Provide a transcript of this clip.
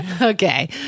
okay